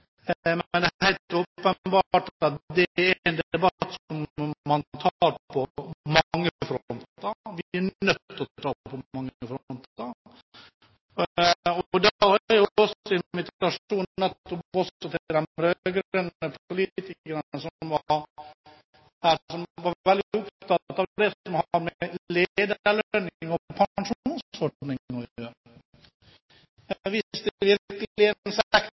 er helt åpenbart at det er en debatt som vi er nødt til å ta på mange fronter. Det er jo også en invitasjon til de rød-grønne politikerne som var veldig opptatt av det som har med lederlønning og pensjonsordning å gjøre, for hvis det virkelig er